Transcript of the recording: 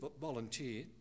volunteer